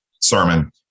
sermon